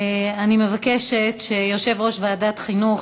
אני מבקשת שיושב-ראש ועדת החינוך,